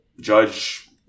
Judge